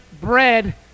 bread